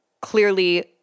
clearly